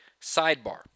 sidebar